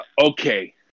okay